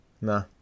Nah